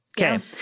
Okay